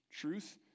truth